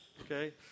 Okay